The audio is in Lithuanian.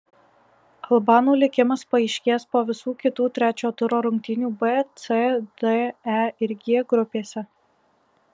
albanų likimas paaiškės po visų kitų trečio turo rungtynių b c d e ir g grupėse